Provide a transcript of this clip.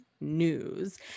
news